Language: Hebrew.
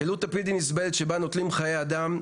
קלות בלתי נסבלת בה נוטלים חיי אדם.